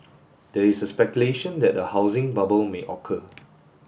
there is a speculation that a housing bubble may occur